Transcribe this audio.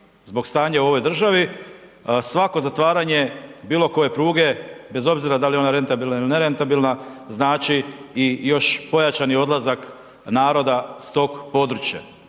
zbog stanja u ovoj državi, svako zatvaranje bilo koje pruge, bez obzira da li je ona rentabilna ili nerentabilna znači i još pojačani odlazak naroda s tog područja.